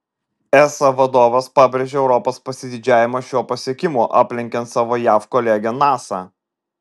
esa vadovas pabrėžė europos pasididžiavimą šiuo pasiekimu aplenkiant savo jav kolegę nasa